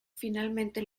finalmente